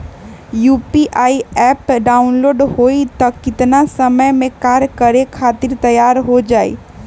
UPI app download होई त कितना समय मे कार्य करे खातीर तैयार हो जाई?